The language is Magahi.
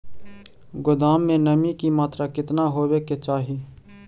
गोदाम मे नमी की मात्रा कितना होबे के चाही?